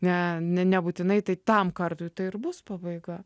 ne ne nebūtinai tai tam kartui tai ir bus pabaiga